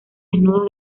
desnudos